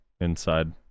inside